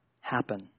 happen